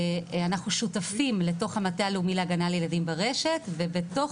אנחנו שותפים לתוך המטה הלאומי להגנה על ילדים ברשת ובתוך